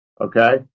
Okay